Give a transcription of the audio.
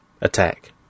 attack